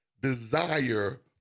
desire